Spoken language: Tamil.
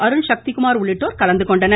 அருண் சக்திகுமார் உள்ளிட்டோர் கலந்துகொண்டனர்